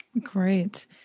Great